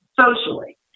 socially